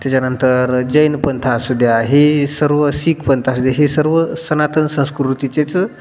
त्याच्यानंतर जैन पंथ असू द्या हे सर्व सीख पंथ असू द्या हे सर्व सनातन संस्कृतीचेच